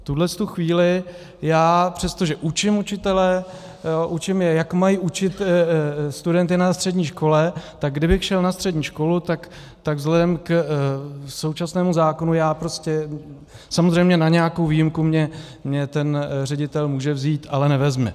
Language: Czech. V tuto chvíli já, přestože učím učitele, učím je, jak mají učit studenty na střední škole, tak kdybych šel na střední školu, tak vzhledem k současnému zákonu já prostě samozřejmě na nějakou výjimku mě ten ředitel může vzít, ale nevezme.